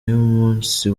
y’umunsi